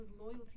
loyalty